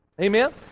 Amen